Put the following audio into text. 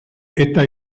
esta